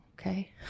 okay